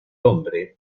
hombre